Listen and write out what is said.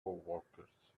coworkers